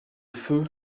feu